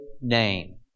name